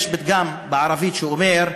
יש פתגם בערבית שאומר: